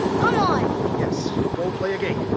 come on! yes, go play a game.